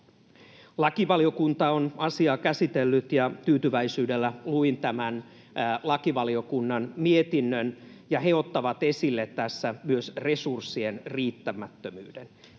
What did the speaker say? Lakivaliokunta on asiaa käsitellyt, ja tyytyväisyydellä luin tämän lakivaliokunnan mietinnön. He ottavat esille tässä myös resurssien riittämättömyyden.